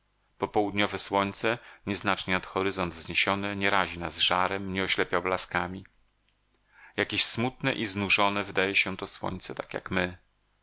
inny popołudniowe słońce nieznacznie nad horyzont wzniesione nie razi nas żarem nie oślepia blaskami jakieś smutne i znużone wydaje się to słońce tak jak my